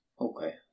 Okay